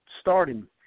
starting